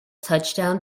touchdown